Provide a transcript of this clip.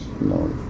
no